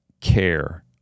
care